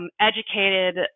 educated